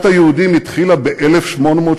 ואני, ב-18 במאי